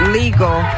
legal